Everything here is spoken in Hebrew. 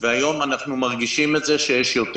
והיום אנחנו מרגישים שיש יותר ציוד.